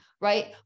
right